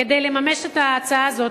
כדי לממש את ההצעה הזאת,